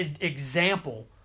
example